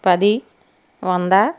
పది వంద